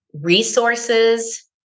resources